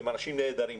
הם אנשים נהדרים.